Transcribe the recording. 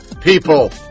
people